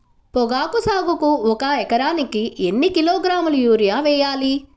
పొగాకు సాగుకు ఒక ఎకరానికి ఎన్ని కిలోగ్రాముల యూరియా వేయాలి?